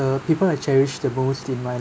the people I cherished the most in my